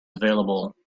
available